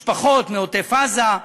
משפחות מעוטף-עזה,